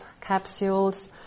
capsules